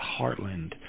Heartland